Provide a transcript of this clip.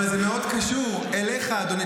אבל זה מאוד קשור אליך, אדוני.